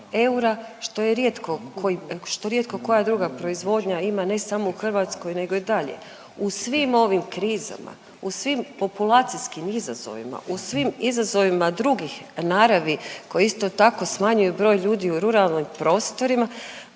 što rijetko koja druga proizvodnja ima ne samo u Hrvatskoj nego i dalje. U svim ovim krizama, u svim populacijskim izazovima, u svim izazovima drugih naravi koji isto tako smanjuje broj ljudi u ruralnim prostorima,